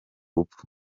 rupfu